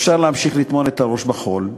אפשר להמשיך לטמון את הראש בחול,